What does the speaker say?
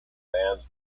bands